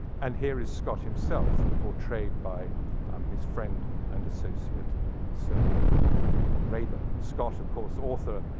and here is scott himself, portrayed by um his friend and associate sir henry raeburn. scott, of course, author.